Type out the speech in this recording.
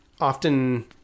often